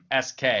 sk